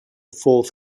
fourth